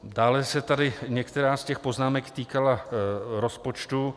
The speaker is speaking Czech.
Dále se tady některá z těch poznámek týkala rozpočtu.